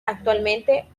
actualmente